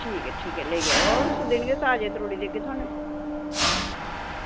ठीक ऐ ठीक ऐ लेई जाएओ सारे त्रोड़ी देगे थुआनूं